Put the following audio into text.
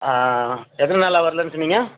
ஆ ஆ ஆ எத்தனை நாளாக வரலன்னு சொன்னிங்க